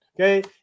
okay